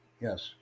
Yes